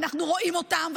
ואנחנו רואים אותם,